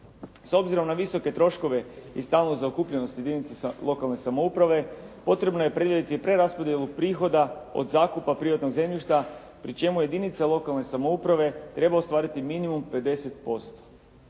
S obzirom na visoke troškove i stalnu zaokupljenost jedinica lokalne samouprave, potrebno je predvidjeti preraspodjelu prihoda od zakupa privatnog zemljišta pri čemu jedinica lokalne samouprave treba ostvariti minimum 50%.